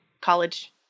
college